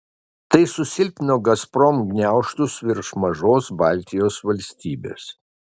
tai susilpnino gazprom gniaužtus virš mažos baltijos valstybės